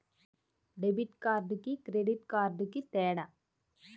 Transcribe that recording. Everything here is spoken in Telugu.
డెబిట్ కార్డుకి క్రెడిట్ కార్డుకి తేడా?